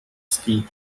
ski